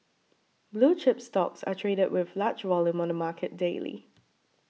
blue chips stocks are traded with large volume on the market daily